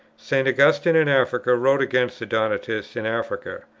st. augustine in africa wrote against the donatists in africa.